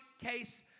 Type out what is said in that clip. case